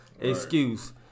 excuse